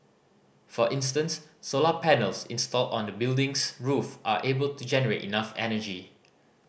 for instance solar panels installed on the building's roof are able to generate enough energy